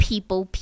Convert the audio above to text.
People